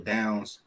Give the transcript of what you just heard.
Downs